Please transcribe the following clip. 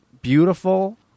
beautiful